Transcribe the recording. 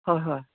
ꯍꯣꯏ ꯍꯣꯏ